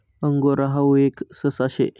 angora हाऊ एक ससा शे